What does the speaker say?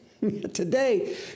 Today